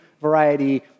variety